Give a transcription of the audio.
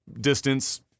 distance